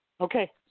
Okay